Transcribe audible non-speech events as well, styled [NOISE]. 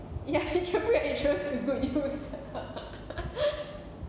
ya can put your insurance to good use [LAUGHS]